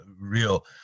real